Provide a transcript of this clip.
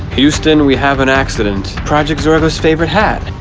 houston, we have an accident. project zorgo's favorite hat.